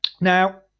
Now